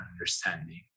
understanding